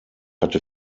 hatte